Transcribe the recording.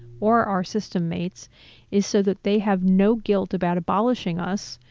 or our system mates is so that they have no guilt about abolishing us,